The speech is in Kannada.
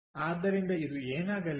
ಆದ್ದರಿಂದ ಇದು ಏನಾಗಲಿದೆ